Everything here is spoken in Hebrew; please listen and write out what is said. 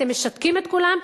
אתם משתקים את כולם.